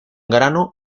grano